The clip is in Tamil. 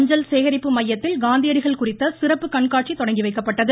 அஞ்சல் சேகரிப்பு மையத்தில் காந்தியடிகள் குறித்த சிறப்பு கண்காட்சி தொடங்கி வைக்கப்பட்டது